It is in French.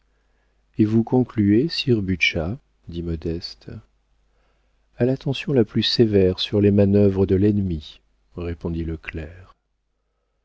et vous concluez sire butscha dit modeste a l'attention la plus sévère sur les manœuvres de l'ennemi répondit le